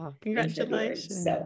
Congratulations